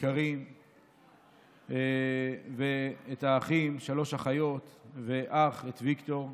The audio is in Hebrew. היקרים ואת האחים, שלוש אחיות ואח, ויקטור.